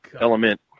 element